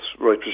right